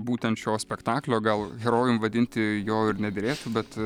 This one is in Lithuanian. būtent šio spektaklio gal herojum vadinti jo ir nederėtų bet